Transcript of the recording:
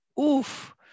oof